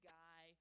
guy